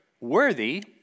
worthy